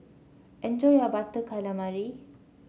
enjoy your Butter Calamari